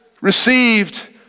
received